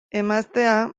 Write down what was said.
emaztea